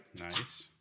Nice